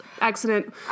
accident